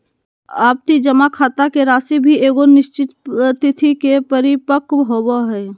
आवर्ती जमा खाता के राशि भी एगो निश्चित तिथि के परिपक्व होबो हइ